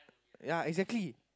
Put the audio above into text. ya exactly